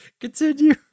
Continue